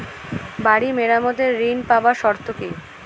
বাড়ি মেরামত ঋন পাবার শর্ত কি?